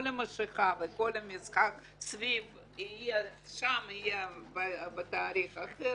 כל המשיכה והמשחק שיהיה שם ויהיה בתאריך אחר,